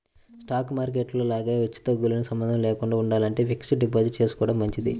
stock market లో లాగా హెచ్చుతగ్గులతో సంబంధం లేకుండా ఉండాలంటే ఫిక్స్డ్ డిపాజిట్ చేసుకోడం మంచిది